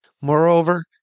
Moreover